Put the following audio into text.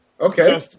Okay